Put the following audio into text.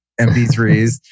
MP3s